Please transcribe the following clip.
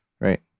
right